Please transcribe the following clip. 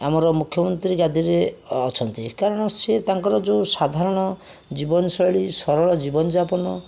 ଆମର ମୁଖ୍ୟମନ୍ତ୍ରୀ ଗାଦିରେ ଅଛନ୍ତି କାରଣ ସିଏ ତାଙ୍କର ଯେଉଁ ସାଧାରଣ ଜୀବନଶୈଳୀ ସରଳ ଜୀବନଯାପନ